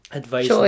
advice